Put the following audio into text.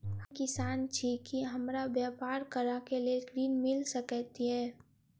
हम किसान छी की हमरा ब्यपार करऽ केँ लेल ऋण मिल सकैत ये?